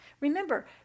Remember